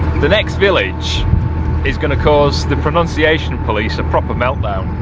the next village is going to cause the pronunciation police a proper meltdown.